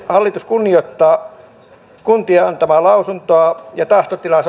hallitus kunnioittaa kuntien antamaa lausuntoa ja tahtotilaa